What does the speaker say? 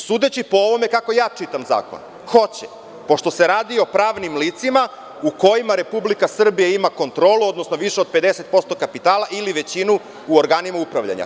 Sudeći po ovome kako ja čitam zakon, hoće, pošto se radi o pravnim licima u kojima Republika Srbija ima kontrolu, odnosno više od 50% kapitala ili većinu u organima upravljanja.